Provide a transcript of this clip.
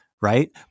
Right